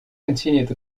continued